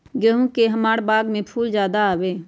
जे से हमार बाग में फुल ज्यादा आवे?